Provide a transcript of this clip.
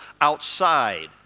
outside